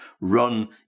run